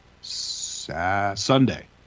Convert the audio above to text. sunday